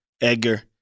Edgar